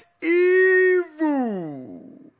evil